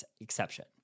exception